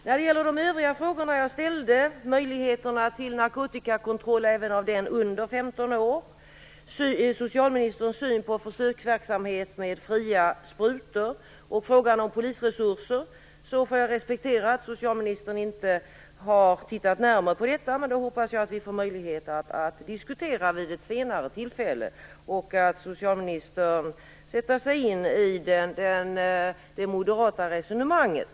När det gäller de övriga frågor som jag ställde om möjligheter till narkotikakontroll av personer under 15 år, om socialministerns syn på försöksverksamhet med fria sprutor och om polisresurser - får jag respektera att socialministern inte har tittat närmare på dessa. Men jag hoppas att vi får möjlighet att diskutera dessa frågor vid ett senare tillfälle och att socialministern sätter sig in i det moderata resonemanget.